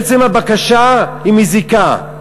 עצם הבקשה מזיקה.